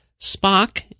Spock